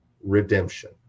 redemption